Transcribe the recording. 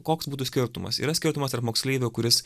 koks būtų skirtumas yra skirtumas tarp moksleivio kuris